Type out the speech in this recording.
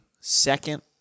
second